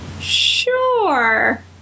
Sure